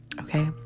okay